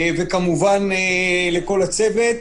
וכמובן לכל הצוות.